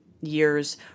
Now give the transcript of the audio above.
years